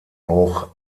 auch